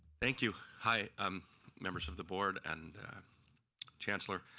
thank you. hi um members of the board and chancellor.